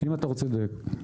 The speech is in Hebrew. אם אתה רוצה לדייק.